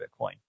Bitcoin